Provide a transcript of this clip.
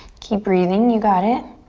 keep breathing. you've got it.